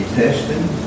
testing